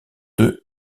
deux